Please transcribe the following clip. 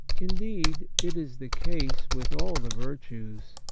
indeed, it is the case with all the virtues,